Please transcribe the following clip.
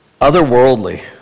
Otherworldly